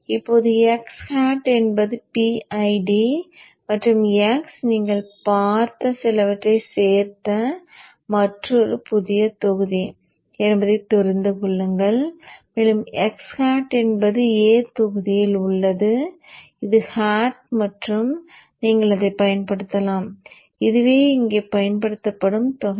இப்போது x hat என்பது PID மற்றும் x நீங்கள் பார்த்த சிலவற்றைச் சேர்த்த மற்றொரு புதிய தொகுதி என்பதை தெரிந்து கொள்ளுங்கள் மேலும் x hat என்பது A தொகுதியில் உள்ளது இது hat மற்றும் நீங்கள் அதைப் பயன்படுத்தலாம் இதுவே இங்கே பயன்படுத்தப்படும் தொகை